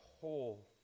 whole